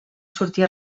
sortir